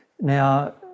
Now